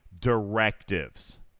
directives